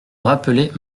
rappelaient